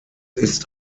ist